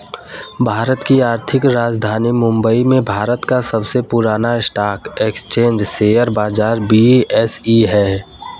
भारत की आर्थिक राजधानी मुंबई में भारत का सबसे पुरान स्टॉक एक्सचेंज शेयर बाजार बी.एस.ई हैं